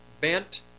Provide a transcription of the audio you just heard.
bent